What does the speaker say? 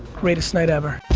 greatest night ever.